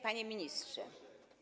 Panie Ministrze!